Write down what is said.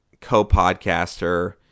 co-podcaster